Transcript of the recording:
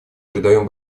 придаем